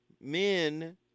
Men